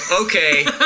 Okay